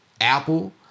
Apple